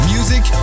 Music